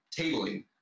tabling